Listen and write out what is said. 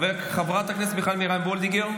חברת הכנסת מיכל מרים וולדיגר,